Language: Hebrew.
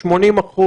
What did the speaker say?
80%?